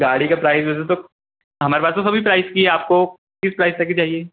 गाड़ी का प्राइज़ वैसे तो हमारे पास तो सभी प्राइज़ की है आपको किस प्राइज़ तक की चाहिए